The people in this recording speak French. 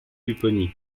pupponi